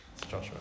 Joshua